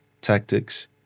tactics